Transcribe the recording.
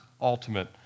ultimate